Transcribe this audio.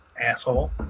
asshole